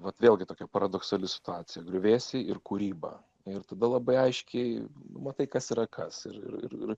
vat vėlgi tokia paradoksali situacija griuvėsiai ir kūryba ir tada labai aiškiai matai kas yra kas ir ir ir ir